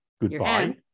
goodbye